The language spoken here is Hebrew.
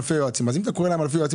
לחסוך בייעוץ